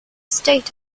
state